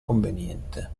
conveniente